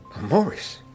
Morris